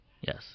Yes